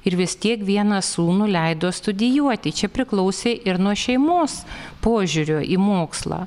ir vis tiek vieną sūnų leido studijuoti čia priklausė ir nuo šeimos požiūrio į mokslą